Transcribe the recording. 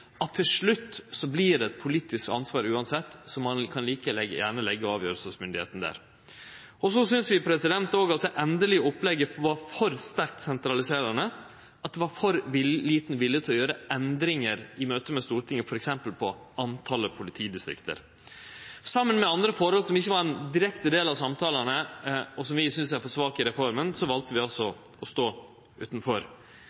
at til slutt blir det uansett eit politisk ansvar, så ein kan like gjerne leggje avgjerdsmyndigheta der. Vi synest også at det endelege opplegget var for sentraliserande, det var for liten vilje til å gjere endringar i møte med Stortinget, f.eks. når det gjeld talet på politidistrikt. Saman med andre forhold, som ikkje var ein direkte del av samtalene, og som vi synest er for svake i reforma, valde vi